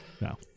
no